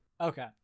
Okay